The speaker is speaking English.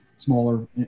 smaller